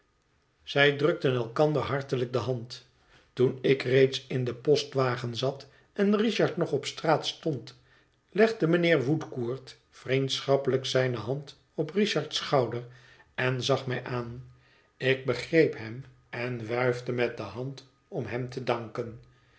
zij drukten elkander hartelijk de hand toen ik reeds in den postwagen zat en richard ng op straat stond legde mijnheer woodcourt vriendschappelijk zijne hand op richard's schouder en zag mij aan ik begreep hem en wuifde met de hand om hem te danken